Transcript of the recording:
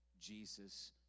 Jesus